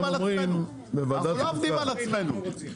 אנחנו עובדים על עצמנו?